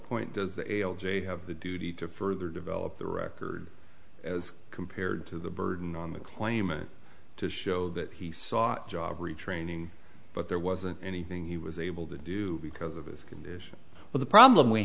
point does the l j have the duty to further develop the record as compared to the burden on the claimant to show that he saw job retraining but there wasn't anything he was able to do because of his condition but the problem we